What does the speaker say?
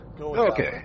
Okay